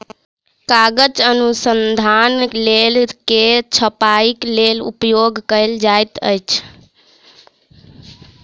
कागज अनुसंधान लेख के छपाईक लेल उपयोग कयल जाइत अछि